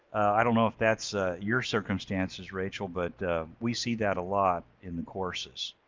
i don't know if that's your circumstances, rachel, but we see that a lot in the courses.